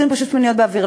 עשינו פשוט שמיניות באוויר.